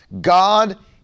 God